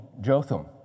Jotham